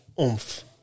oomph